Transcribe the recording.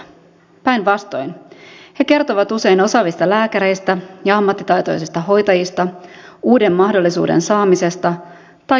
päinvastoin he kertovat usein osaavista lääkäreistä ja ammattitaitoisista hoitajista uuden mahdollisuuden saamisesta tai jatkohoidon suunnitelmista